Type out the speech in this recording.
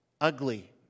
ugly